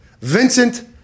Vincent